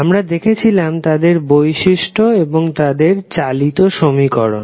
আমরা দেখেছিলাম তাদের বৈশিষ্ট্য এবং তাদের চালিত সমীকরণ